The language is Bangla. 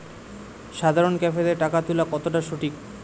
সাধারণ ক্যাফেতে টাকা তুলা কতটা সঠিক?